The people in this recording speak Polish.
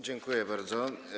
Dziękuję bardzo.